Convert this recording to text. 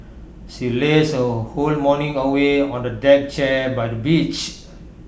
she lazed her whole morning away on A deck chair by the beach